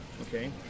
Okay